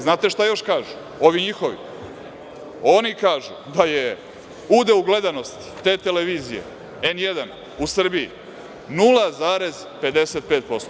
Znate šta još kažu ovi njihovi, oni kažu da je udeo u gledanosti te televizije „N1“ u Srbiji, 0,55%